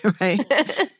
right